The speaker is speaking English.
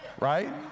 right